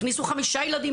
הכניסו חמישה ילדים,